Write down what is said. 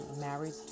married